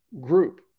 group